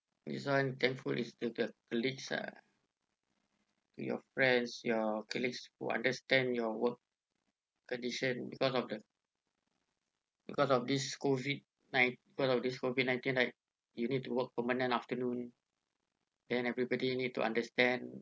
this one thankful is the the colleagues lah to your friends your colleagues who understand your work condition because of the because of this COVID nine because of this COVID nineteen like you need to work permanent afternoon then everybody need to understand